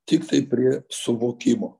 tiktai prie suvokimo